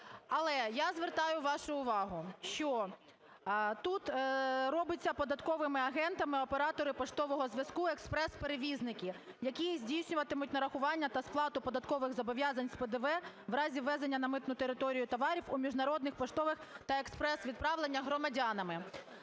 Але я звертаю вашу увагу, що тут робляться податковими агентами операторів поштового зв'язку експрес-перевізники, які здійснюватимуть нарахування та сплату податкових зобов'язань з ПДВ в разі ввезення на митну територію товарів у міжнародних поштових та експрес-відправленнях громадянами.